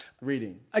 reading